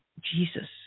Jesus